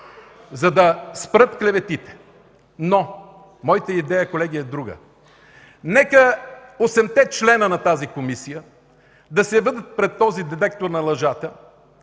за да спрат клеветите, но моята идея, колеги, е друга. Нека осемте члена на тази комисия да се явят пред този детектор на лъжата